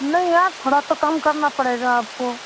नहीं यार थोड़ा तो कम करना पड़ेगा आपको